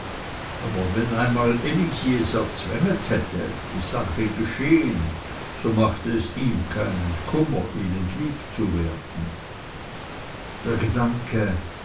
aber wenn einmal elisi es erzwängt hätte die sache geschehen so machte es ihm keinen kummer ihnen lieb zu werden der gedanke